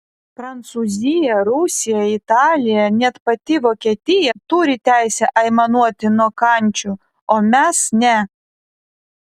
prancūzija rusija italija net pati vokietija turi teisę aimanuoti nuo kančių o mes ne